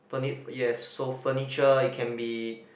furni~ yes so furniture it can be